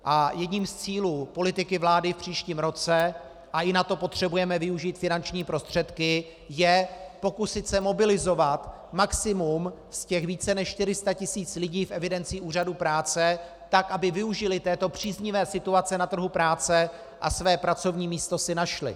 A jedním z cílů politiky vlády v příštím roce, a i na to potřebujeme využít finanční prostředky, je pokusit se mobilizovat maximum z těch více než 400 tis. lidí v evidenci úřadů práce tak, aby využili této příznivé situace na trhu práce a své pracovní místo si našli.